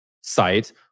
site